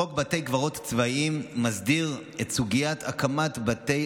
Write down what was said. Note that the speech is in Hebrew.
חוק בתי קברות צבאיים מסדיר את סוגיית הקמת בתי